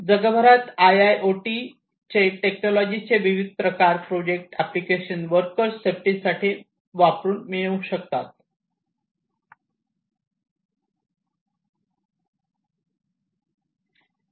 जगभरात आयआयओटी टेक्नॉलॉजीचे विविध प्रकारचे प्रोजेक्ट एप्लिकेशन्स वर्कर्स सेफ्टी साठी चालू आहेत